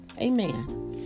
Amen